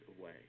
away